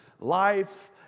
life